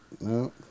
no